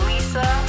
Lisa